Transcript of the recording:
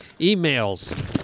emails